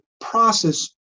process